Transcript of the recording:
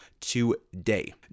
today